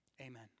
Amen